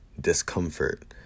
discomfort